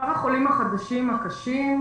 מספר החולים החדשים הקשים,